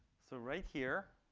so right here,